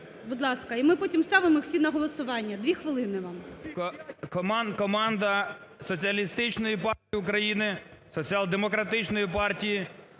Будь ласка. І ми потім ставимо їх всі на голосування. Дві хвилини. 13:28:45 КАПЛІН С.М. Команда Соціалістичної партії України, Соціал-демократичної партії